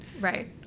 Right